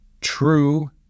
true